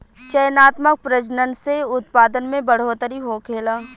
चयनात्मक प्रजनन से उत्पादन में बढ़ोतरी होखेला